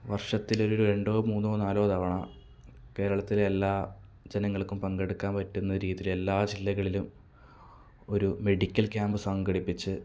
വർഷത്തിലൊരു രണ്ടോ മൂന്നോ നാലോ തവണ കേരളത്തിലെ എല്ലാ ജനങ്ങൾക്കും പങ്കെടുക്കാൻ പറ്റുന്ന ഒരു രീതിയിൽ എല്ലാ ജില്ലകളിലും ഒരു മെഡിക്കൽ ക്യാമ്പ് സംഘടിപ്പിച്ച്